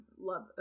love